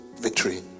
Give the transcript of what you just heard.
victory